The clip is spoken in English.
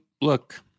look